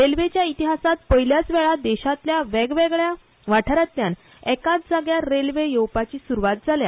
रेल्वेच्या इतिहासांत पयल्याच वेळा देशांतल्या वेगवेगळ्या वाठारांतल्यान एकाच जाग्यार रेल्वे येवपाची सुरवात जाल्या